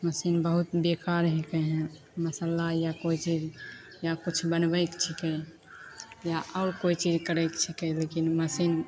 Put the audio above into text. machine बहुत बेकार हिकै हइ मसल्ला या कोइ चीज या किछु बनबैके छिकै या आओर कोइ चीज करैके छिकै लेकिन मशीन